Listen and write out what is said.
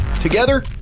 Together